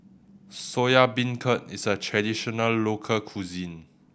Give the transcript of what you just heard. Soya Beancurd is a traditional local cuisine